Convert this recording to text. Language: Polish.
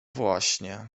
właśnie